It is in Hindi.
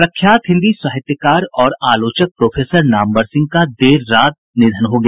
प्रख्यात हिंदी साहित्यकार और आलोचक प्रोफेसर नामवर सिंह का देर रात निधन हो गया